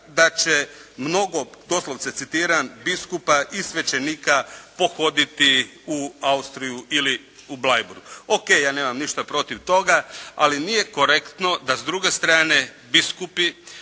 da će mnogo, doslovce citiram «biskupa i svećenika pohoditi u Austriju ili u Bleiburg». Ok, ja nemam ništa protiv toga, ali nije korektno da s druge strane biskupi